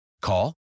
Call